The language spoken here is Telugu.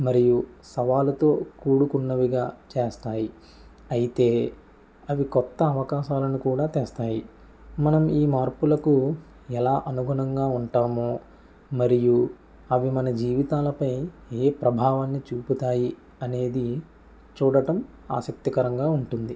మరియు సవాళ్ళతో కూడుకున్నవిగా చేస్తాయి అయితే అవి కొత్త అవకాశాలను కూడా తెస్తాయి మనం ఈ మార్పులకు ఎలా అనుగుణంగా ఉంటాము మరియు అవి మన జీవితాలపై ఏ ప్రభావాన్ని చూపుతాయి అనేది చూడటం ఆసక్తికరంగా ఉంటుంది